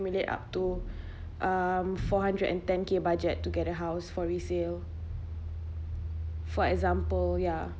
accumulate up to four hundred and ten K budget to get a house for resale for example ya